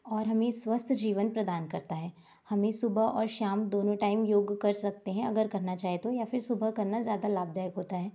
और हमें स्वस्थ जीवन प्रदान करता है हमें सुबह और शाम दोनों टाइम योग कर सकते हैं अगर करना चाहे तो या सुबह करना ज़्यादा लाभदायक होता है